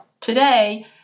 today